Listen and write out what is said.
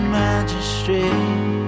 magistrate